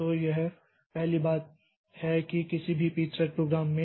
तो यह पहली बात है कि किसी भी Pthread प्रोग्राम में